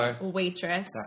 Waitress